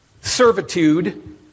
servitude